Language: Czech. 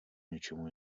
něčemu